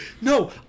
No